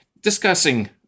discussing